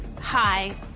hi